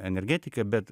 energetiką bet